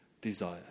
desire